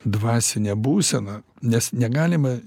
dvasinė būsena nes negalima